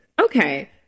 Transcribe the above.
Okay